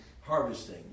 harvesting